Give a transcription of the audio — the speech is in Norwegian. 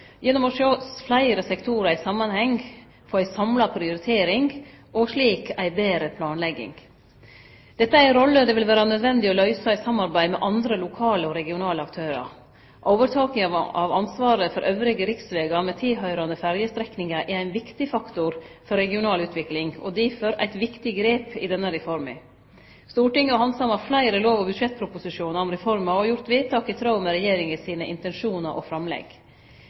gjennom å sjå fleire sektorar i samanheng, få ei samla prioritering og slik ei betre planlegging. Dette er ei rolle det vil vere nødvendig å løyse i samarbeid med andre lokale og regionale aktørar. Overtaking av ansvaret for andre riksvegar med tilhøyrande ferjestrekningar er ein viktig faktor for regional utvikling og difor eit viktig grep i denne reforma. Stortinget har handsama fleire lov- og budsjettproposisjonar om reforma og gjort vedtak i tråd med Regjeringa sine intensjonar og framlegg.